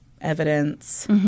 evidence